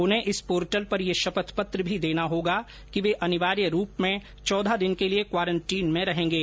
उन्हें इस पोर्टल पर यह शपथ पत्र भी देना होगा कि वे अनिवार्य रूप में चौदह दिन के लिए क्वारंटीन में रहेंगे